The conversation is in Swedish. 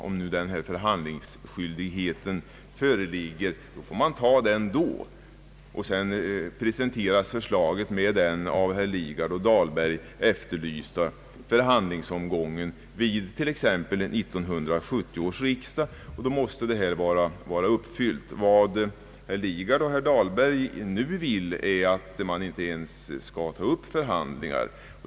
Om förhandlingsskyldighet föreligger, får Kungl. Maj:t ta upp förhandling. Sedan presenteras förslaget med den av herr Lidgard och herr Dahlberg efterlysta förhandlingsomgången vid t.ex. 1970 års riksdag, då kravet om förhandlingar bör vara uppfyllt. Vad herrar Lidgard och Dahlberg nu vill är att man inte ens skall ta upp förhandlingar.